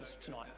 tonight